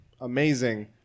amazing